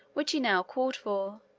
which he now called for,